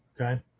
okay